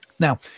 Now